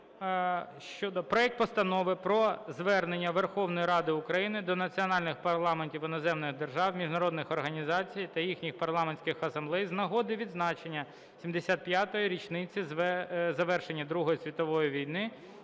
щодо... проект Постанови про Звернення Верховної Ради України до національних парламентів іноземних держав, міжнародних організацій та їхніх парламентських асамблей з нагоди відзначення 75-ї річниці завершення Другої світової війни